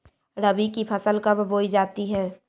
रबी की फसल कब बोई जाती है?